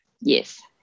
Yes